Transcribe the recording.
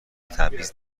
تبعیض